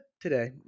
today